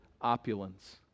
opulence